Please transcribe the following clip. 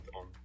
on